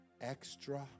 extra